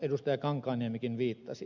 kankaanniemikin viittasi